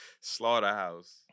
Slaughterhouse